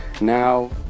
now